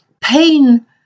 pain